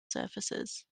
surfaces